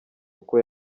uko